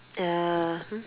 err !huh!